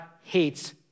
hates